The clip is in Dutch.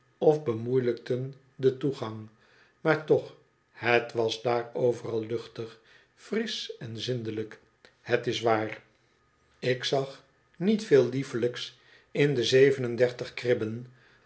of bemoeielijkten den toegang maar toch het was daar overal luchtig fris oh en zindelijk het is waar ik zag niet veel liefelijks in de zeven en dertig kribben